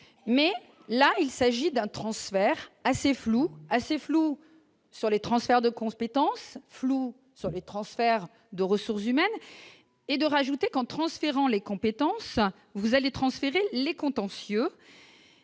mais là il s'agit d'un transfert assez floue, assez flou sur les transferts de compétences flou sur les transferts. De ressources humaines et de rajouter qu'en transférant les compétences vous allez transférer les contentieux